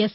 yes